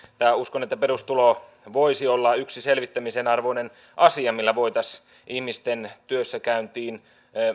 uskon että perustulo voisi olla yksi selvittämisen arvoinen asia millä voitaisiin ihmisten työssäkäyntiin